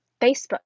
Facebook